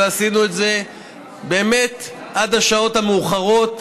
ועשינו את זה באמת עד השעות המאוחרות.